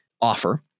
offer